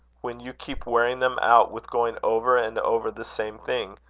when you keep wearing them out with going over and over the same thing,